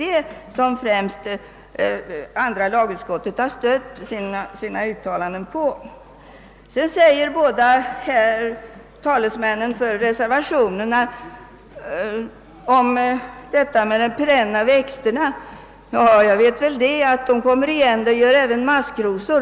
Det är främst detta som andra lagutskottet har stött sina uttalanden på. Vidare påpekade båda talesmännen för reservationen att perenna växter som skärs ned kommer igen. Ja, det vet jag mycket väl — det gör även maskrosor!